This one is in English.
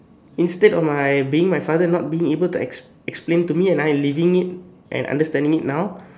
instead of my being my father not being able to explain to me and I living it and understanding it now